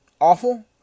awful